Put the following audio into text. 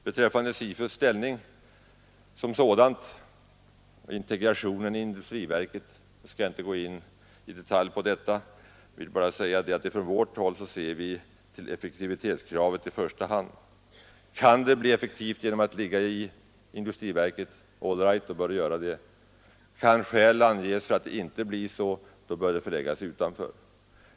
Beträffande SIFU:s ställning och integrationen i industriverket skall jag inte gå in på denna fråga i detalj. Jag vill bara säga att vi från vårt håll ser till effektivitetskravet i första hand. Kan SIFU bli effektivt genom att ligga inom industriverket — all right, då skall det göra det. Kan skäl anges för att det inte blir så, då skall det förläggas utanför.